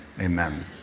Amen